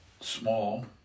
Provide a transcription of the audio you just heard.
small